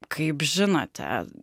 kaip žinote